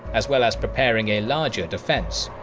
as well as preparing a larger defence.